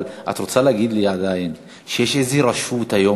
אבל את רוצה להגיד לי שעדיין יש איזו רשות היום